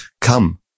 come